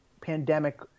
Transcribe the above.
pandemic